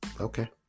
Okay